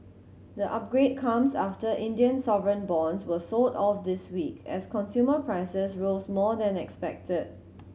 the upgrade comes after Indian sovereign bonds were sold off this week as consumer prices rose more than expected